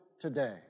today